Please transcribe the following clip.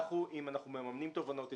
אם אנחנו מממנים תובענות ייצוגיות,